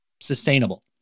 sustainable